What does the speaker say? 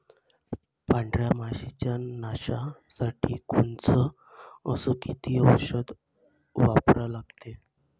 पांढऱ्या माशी च्या नाशा साठी कोनचं अस किती औषध वापरा लागते?